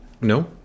No